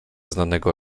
znanego